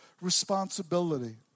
responsibility